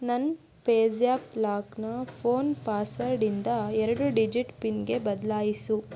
ನನ್ನ PayZapp ಲಾಕ್ನ phone ಪಾಸ್ವರ್ಡಿಂದ ಎರಡು ಡಿಜಿಟ್ ಪಿನ್ಗೆ ಬದಲಾಯಿಸು